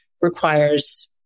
requires